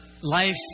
life